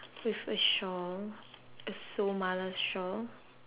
with a shawl a somali shawl